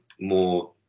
more